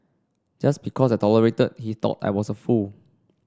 just because I tolerated he thought I was a fool